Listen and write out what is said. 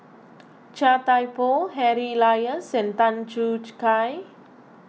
Chia Thye Poh Harry Elias and Tan Choo Kai